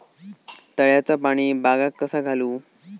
तळ्याचा पाणी बागाक कसा घालू?